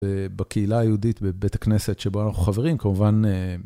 בקהילה היהודית בבית הכנסת שבו אנחנו חברים, כמובן...